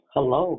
Hello